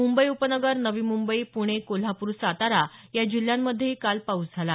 मुंबई उपनगर नवी मुंबई पुणे कोल्हापूर सातारा या जिल्ह्यांमध्येही काल पाऊस झाला